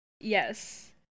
Yes